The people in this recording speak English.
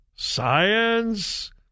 Science